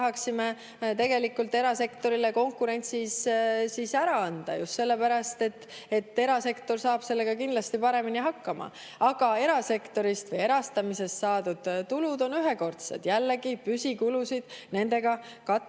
tahaksime tegelikult erasektorile konkurentsis ära anda just sellepärast, et erasektor saab sellega kindlasti paremini hakkama. Aga erastamisest saadud tulud on ühekordsed. Jällegi, püsikulusid nendega katta